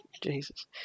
Jesus